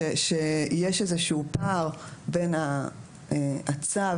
שיש איזשהו פער בין הצו,